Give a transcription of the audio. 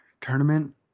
tournament